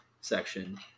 section